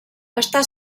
està